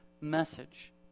message